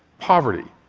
poverty,